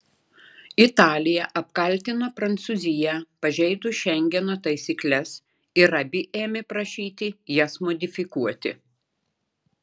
italija apkaltino prancūziją pažeidus šengeno taisykles ir abi ėmė prašyti jas modifikuoti